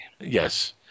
Yes